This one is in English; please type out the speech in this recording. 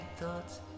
thoughts